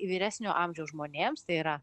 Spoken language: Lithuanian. vyresnio amžiaus žmonėms tai yra